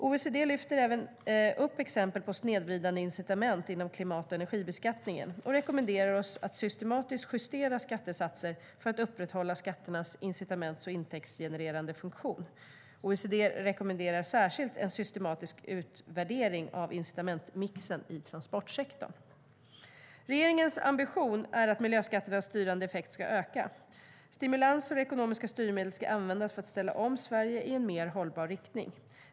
OECD lyfter även upp exempel på snedvridande incitament inom klimat och energibeskattningen och rekommenderar oss att systematiskt justera skattesatser för att upprätthålla skatternas incitaments och intäktsgenererande funktion. OECD rekommenderar särskilt en systematisk utvärdering av incitamentsmixen i transportsektorn. Regeringens ambition är att miljöskatternas styrande effekt ska öka. Stimulanser och ekonomiska styrmedel ska användas för att ställa om Sverige i en mer hållbar riktning.